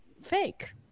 fake